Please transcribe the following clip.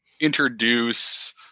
introduce